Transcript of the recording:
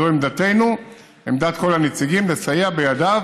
זו עמדתנו, עמדת כל הנציגים, לסייע בידיו